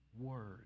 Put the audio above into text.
word